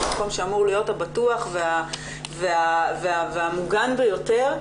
מקום שאמור להיות הבטוח והמוגן ביותר,